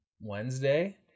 Wednesday